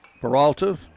Peralta